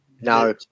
No